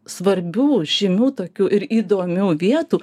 svarbių žymių tokių ir įdomių vietų